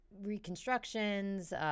reconstructions